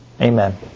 Amen